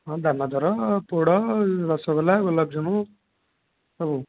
ହଁ ଦାନାଦର ପୋଡ଼ ରସଗୋଲା ଗୋଲାପଜାମୁ ସବୁ